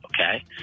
Okay